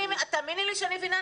תאמיני לי שאני מבינה.